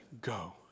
Go